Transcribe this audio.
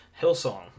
Hillsong